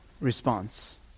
response